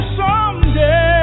someday